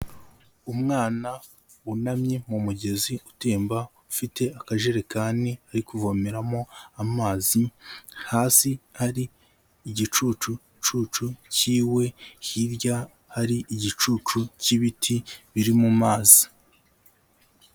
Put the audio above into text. Umwana wunamye mu mugezi utemba ufite akajerekani ari kuvomeramo amazi, hasi ari igicucucucu cyiwe hirya hari igicucu cy'ibiti biri mu mazi.